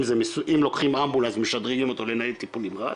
אם לוקחים אמבולנס משדרגים אותו לניידת טיפול נמרץ,